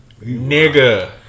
nigga